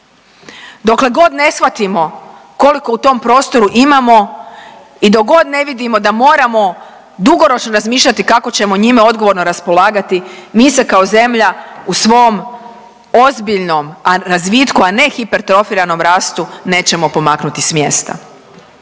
Dokle god ne shvatimo koliko u tom prostoru imamo i dok god ne vidimo da moramo dugoročno razmišljati kako ćemo njime odgovorno raspolagati mi se kao zemlja u svom ozbiljnom razvitku, a ne hipertrofiranom rastu nećemo pomaknuti s mjesta.